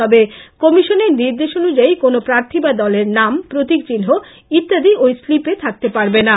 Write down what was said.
তবে কমিশনের নির্দেশ অনুযায়ী কোনো প্রাথী বা দলের নাম প্রতীক চিহ্ন ইত্যাদি ঐ স্লিপে থাকতে পারবেনা